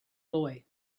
boy